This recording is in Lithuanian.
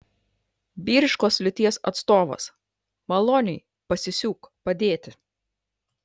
vyriškos lyties atstovas maloniai pasisiūk padėti